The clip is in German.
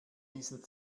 diesen